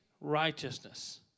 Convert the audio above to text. righteousness